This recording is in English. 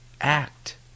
act